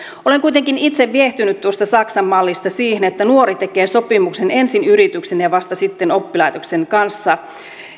olen kuitenkin itse viehtynyt tuossa saksan mallissa siihen että nuori tekee sopimuksen ensin yrityksen ja vasta sitten oppilaitoksen kanssa